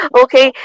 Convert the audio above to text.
okay